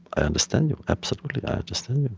i understand. absolutely, i understand.